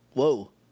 whoa